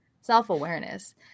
self-awareness